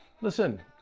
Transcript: listen